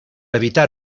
evitar